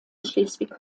schleswig